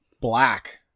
black